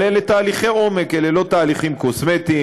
אבל אלה תהליכי עומק, אלה לא תהליכים קוסמטיים.